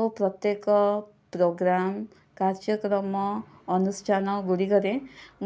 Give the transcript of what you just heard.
ଓ ପ୍ରତ୍ୟେକ ପୋଗ୍ରାମ କାର୍ଯ୍ୟକ୍ରମ ଅନୁଷ୍ଠାନ ଗୁଡ଼ିକରେ